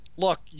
Look